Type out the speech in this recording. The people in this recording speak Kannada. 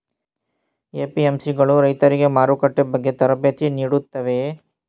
ಎ.ಪಿ.ಎಂ.ಸಿ ಗಳು ರೈತರಿಗೆ ಮಾರುಕಟ್ಟೆ ಬಗ್ಗೆ ತರಬೇತಿ ನೀಡುತ್ತವೆಯೇ?